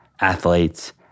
athletes